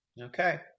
Okay